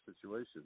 situation